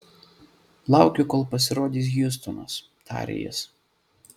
laukiu kol pasirodys hjustonas tarė jis